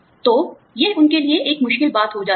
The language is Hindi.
तो यह उनके लिए एक मुश्किल बात हो जाती है